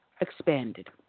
expanded